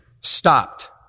stopped